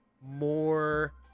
more